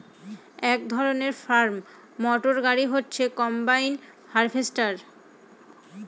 এক ধরনের farm motor গাড়ি হচ্ছে কম্বাইন হার্ভেস্টর